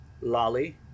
lolly